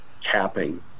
capping